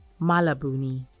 Malabuni